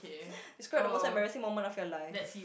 describe the most embarrassing moment of your life